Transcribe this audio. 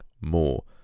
more